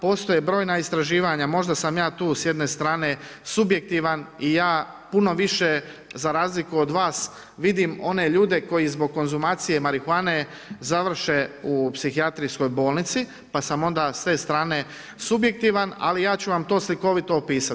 Postoje brojna istraživanja, možda sam ja tu s jedne strane subjektivan, ja puno više za razliku od vas vidim one ljudi koji zbog konzumacije marihuane završe u psihijatrijskoj bolnici pa sam onda sa te strane subjektivan, ali ja ću vam to slikovito opisati.